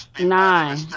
nine